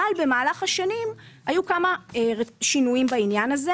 אבל במהלך השנים היו כמה שינויים בעניין הזה.